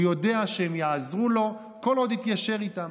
הוא יודע שהם יעזרו לו כל עוד יתיישר איתם,